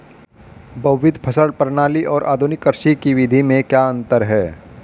बहुविध फसल प्रणाली और आधुनिक कृषि की विधि में क्या अंतर है?